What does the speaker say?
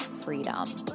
freedom